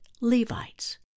Levites